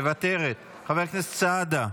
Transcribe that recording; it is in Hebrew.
מוותרת, חבר הכנסת סעדה,